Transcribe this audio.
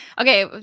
Okay